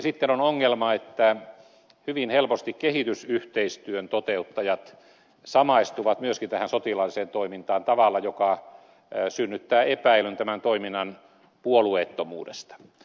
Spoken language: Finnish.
sitten on ongelma että hyvin helposti kehitysyhteistyön toteuttajat samaistuvat myöskin tähän sotilaalliseen toimintaan tavalla joka synnyttää epäilyn tämän toiminnan puolueettomuudesta